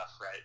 right